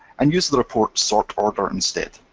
and use the report sort order instead.